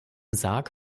sarg